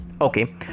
Okay